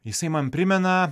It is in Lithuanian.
jisai man primena